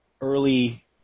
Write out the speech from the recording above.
early